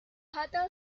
hotel